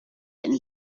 and